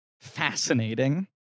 fascinating